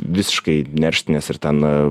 visiškai nerštinės ir ten